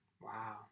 Wow